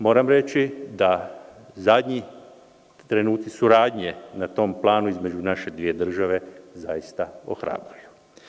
Moram reći da zadnji trenuci suradnje na tom planu između naše dvije države zaista ohrabruju.